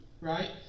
right